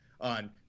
on